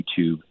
YouTube